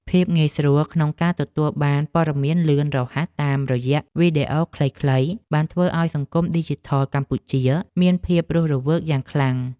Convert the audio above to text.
ភាពងាយស្រួលក្នុងការទទួលបានព័ត៌មានលឿនរហ័សតាមរយៈវីដេអូខ្លីៗបានធ្វើឱ្យសង្គមឌីជីថលកម្ពុជាមានភាពរស់រវើកយ៉ាងខ្លាំង។